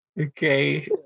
okay